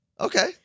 Okay